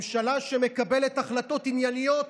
ממשלה שמקבלת החלטות ענייניות